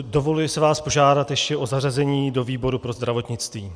Dovoluji si vás požádat ještě o zařazení do výboru pro zdravotnictví.